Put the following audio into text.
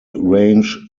range